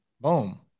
Boom